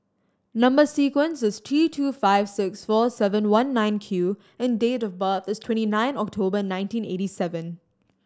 number sequence is T two five six four seven one nine Q and date of birth is twenty nine October nineteen eighty seven